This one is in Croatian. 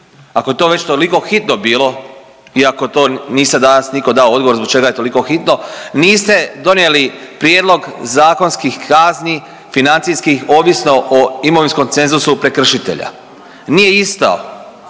ako je to već toliko hitno bilo i ako to niste danas nitko dao odgovor zbog čega je toliko hitno, niste donijeli prijedlog zakonskih kazni financijskih ovisno o imovinskom cenzusu prekršitelja. Nije isto